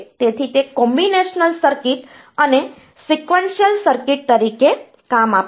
તેથી તે combinational circuit અને સિક્વન્શિયલ સર્કિટ તરીકે કામ આપે છે